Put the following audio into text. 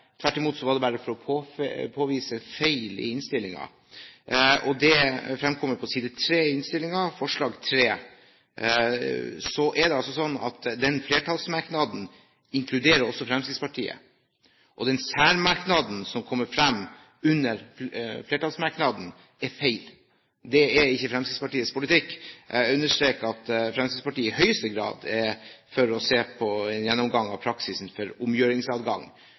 Tvert imot var det bare for å påvise feil i innstillingen. Det fremkommer på side 3 i innstillingen, forslag nr. 3. Der er det sånn at den flertallsmerknaden inkluderer også Fremskrittspartiet. Den særmerknaden som kommer frem under flertallsmerknaden, er feil. Det er ikke Fremskrittspartiets politikk. Jeg understreker at Fremskrittspartiet i høyeste grad er for å se på en gjennomgang av praksisen for omgjøringsadgang.